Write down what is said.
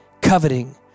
coveting